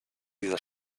dieser